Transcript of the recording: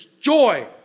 joy